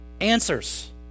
answers